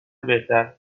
بهتر